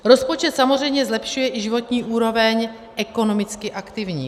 Rozpočet samozřejmě zlepšuje i životní úroveň ekonomicky aktivních.